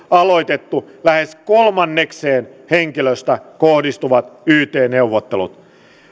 aloitettu lähes kolmannekseen henkilöstöstä kohdistuvat yt neuvottelut